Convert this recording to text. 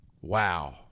Wow